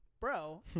bro